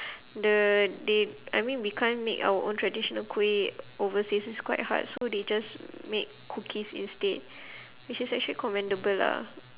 the they I mean we can't make our own traditional kuih overseas it's quite hard so they just make cookies instead which is actually commendable lah